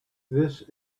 this